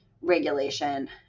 regulation